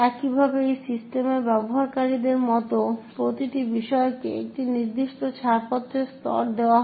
একইভাবে সেই সিস্টেমের ব্যবহারকারীর মতো প্রতিটি বিষয়কেও একটি নির্দিষ্ট ছাড়পত্রের স্তর দেওয়া হয়